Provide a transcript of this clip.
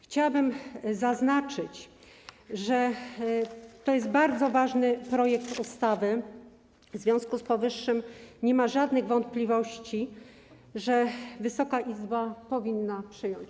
Chciałabym zaznaczyć, że to jest bardzo ważny projekt ustawy, w związku z powyższym nie ma żadnych wątpliwości, że Wysoka Izba powinna go przyjąć.